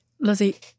Lizzie